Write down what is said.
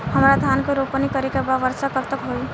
हमरा धान के रोपनी करे के बा वर्षा कब तक होई?